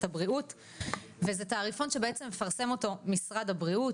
הבריאות וזה תעריפון שבעצם מפרסם אותו משרד הבריאות